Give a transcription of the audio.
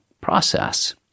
process